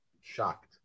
Shocked